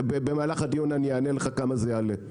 במהלך הדיון אני אענה לך כמה זה יעלה.